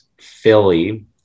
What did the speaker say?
Philly